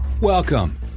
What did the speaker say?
Welcome